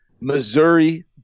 Missouri